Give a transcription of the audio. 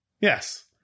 Yes